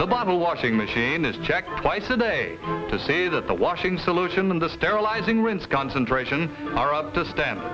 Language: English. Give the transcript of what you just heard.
the bottle washing machine is checked twice a day to see that the washing solution the sterilizing rinse concentration are up to standard